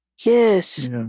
Yes